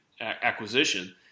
acquisition –